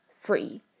free